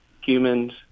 Humans